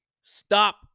stop